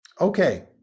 okay